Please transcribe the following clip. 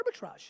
arbitrage